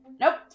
Nope